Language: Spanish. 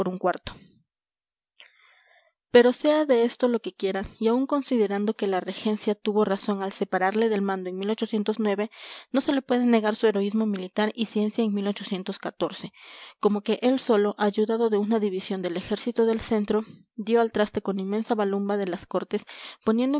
un cuarto pero sea de esto lo que quiera y aun considerando que la regencia tuvo razón al separarle del mando en no se le puede negar su heroísmo militar y ciencia en como que él solo ayudado de una división del ejército del centro dio al traste con la inmensa balumba de las cortes poniendo